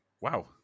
Wow